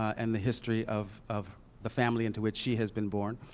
and the history of of the family into which she has been born.